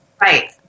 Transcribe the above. Right